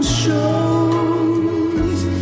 shows